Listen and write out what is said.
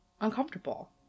uncomfortable